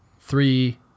three